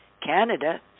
Canada